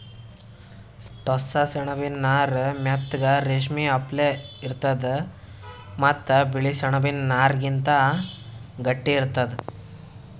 ಟೋಸ್ಸ ಸೆಣಬಿನ್ ನಾರ್ ಮೆತ್ತಗ್ ರೇಶ್ಮಿ ಅಪ್ಲೆ ಇರ್ತದ್ ಮತ್ತ್ ಬಿಳಿ ಸೆಣಬಿನ್ ನಾರ್ಗಿಂತ್ ಗಟ್ಟಿ ಇರ್ತದ್